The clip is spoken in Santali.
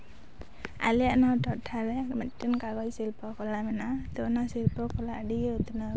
ᱟᱞᱮᱭᱟᱜ ᱱᱚᱣᱟ ᱴᱚᱴᱷᱟ ᱨᱮ ᱢᱤᱫᱴᱮᱡ ᱠᱟᱜᱚᱡ ᱥᱤᱞᱯᱤ ᱠᱚᱞᱟ ᱢᱮᱱᱟᱜᱼᱟ ᱛᱚ ᱚᱱᱟ ᱥᱤᱞᱯᱚ ᱠᱚᱞᱟ ᱟᱹᱰᱤ ᱜᱮ ᱩᱛᱱᱟᱹᱣᱟᱠᱟᱱᱟ